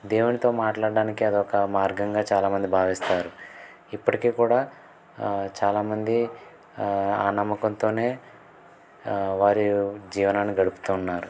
దేవునితో మాట్లాడడానికి అదొక మార్గంగా చాలామంది భావిస్తారు ఇప్పటికీ కూడా చాలామంది ఆ నమ్మకంతోనే వారి జీవనాన్ని గడుపుతూ ఉన్నారు